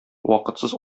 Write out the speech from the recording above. вакытсыз